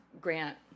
Grant